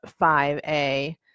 5A